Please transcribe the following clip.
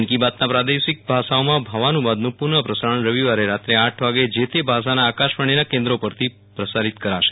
મન કી બાતના પ્રાદેશિક ભાષાઓમાં ભાવાનુવાદનું પુનઃ પ્રસારણ રવિવારે રાત્રે આઠ વાગે જે તે ભાષાના આકાશવાણીના કેન્દ્રો પરથી કરાશે